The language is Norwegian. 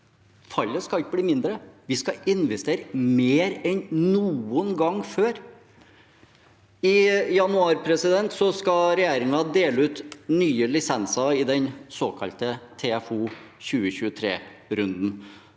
Fallet skal ikke bli mindre; vi skal investere mer enn noen gang før. I januar skal regjeringen dele ut nye lisenser i den såkalte TFO 2023runden.